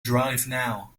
drivenow